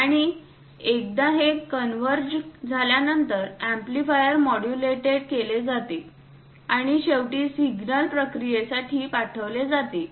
आणि एकदा हे कन्वर्जन झाल्यानंतर एम्पलीफायर मॉड्युलेटेड केले जाते आणि शेवटी सिग्नल प्रक्रियेसाठी पाठवले जाते